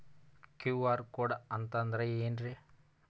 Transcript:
QR code ಅಂತಂದ್ರ ಏನ್ರೀ?